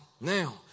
Now